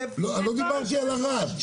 לא דיברתי על ערד.